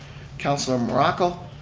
councilor morocco,